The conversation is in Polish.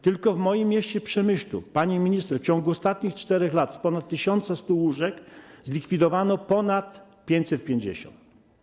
Tylko w moim mieście, Przemyślu, pani minister, w ciągu ostatnich 4 lat z ponad 1100 łóżek zlikwidowano ponad 550.